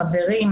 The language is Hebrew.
חברים,